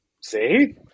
See